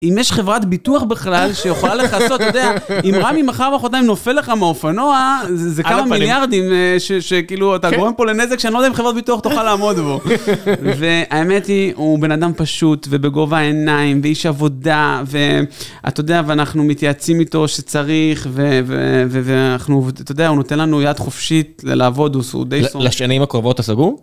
אם יש חברת ביטוח בכלל שיכולה לך לעשות, אתה יודע, אם רמי מחר ומחרותיים נופל לך מהאופנוע, זה כמה מיליארדים, שכאילו, אתה גורם פה לנזק, שאני לא יודע אם חברת ביטוח תוכל לעמוד בו. והאמת היא, הוא בן אדם פשוט ובגובה העיניים, ואיש עבודה, ואתה יודע, ואנחנו מתייעצים איתו שצריך, ואנחנו, אתה יודע, הוא נותן לנו יד חופשית לעבוד, הוא די שונא. לשנים הקרובות, אתה סגור?